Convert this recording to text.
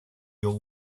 your